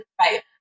Right